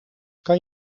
kan